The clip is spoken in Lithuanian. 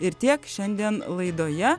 ir tiek šiandien laidoje